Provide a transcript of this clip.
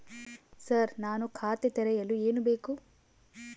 Sir ನಾನು ಖಾತೆ ತೆರೆಯಲು ಏನು ಬೇಕು?